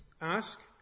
ask